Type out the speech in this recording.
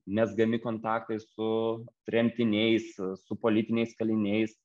mezgami kontaktai su tremtiniais su politiniais kaliniais